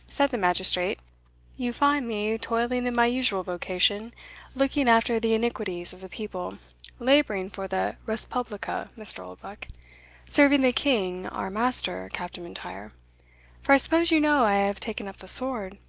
said the magistrate you find me toiling in my usual vocation looking after the iniquities of the people labouring for the respublica, mr. oldbuck serving the king our master, captain m'intyre for i suppose you know i have taken up the sword?